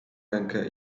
rękę